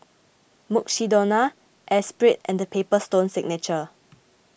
Mukshidonna Espirit and the Paper Stone Signature